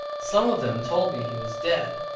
some of them told me he was dead,